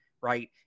right